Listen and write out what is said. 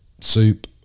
soup